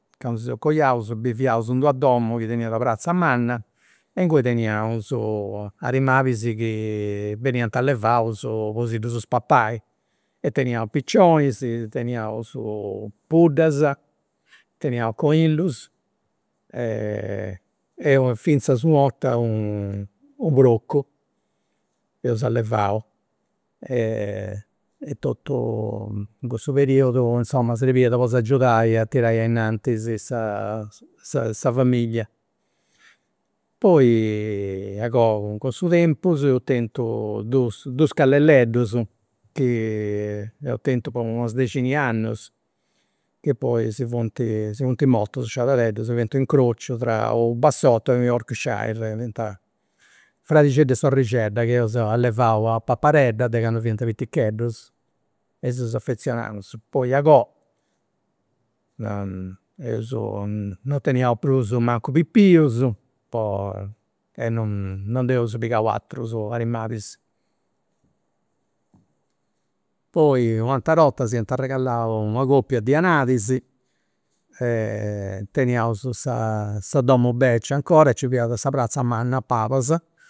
Candu si seus coiaus biviaus in d'una domu chi teniat una pratza manna e inguni teniaus animalis chi beniant allevaus po si ddus papai, e teniaus piccionis, teniaus puddas, teniaus conillus, e finzas u' 'orta u' procu eus allevau. E totu cussu periodu srebiat po s'agiudai a tirai a innantis sa sa famiglia, poi a goa cun su tempus eus tentu dus dus calleleddus chi eus tentu po una dexina 'i annu e poi si funt, si funt mortus, sciadadeddus, fiant u' incrociu tra u' bassottu e u' yorkshire, fiant fradixeddu e sorrixedda chi eus allevau a papadedda de candu fiant piticheddus e si seus affezionaus, poi a goa eus, non teniaus prus mancu pipius po e non, non dd'eus pigau aterus animalis. Poi u' atera 'orta s'iant arregallau una copia de anadis e teniaus sa sa domu beccia 'ncora e nci fiat sa pratza manna a palas